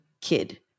kid